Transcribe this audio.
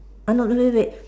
uh no no wait